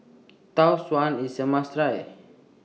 Tau Suan IS A must Try